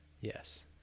yes